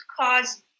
cause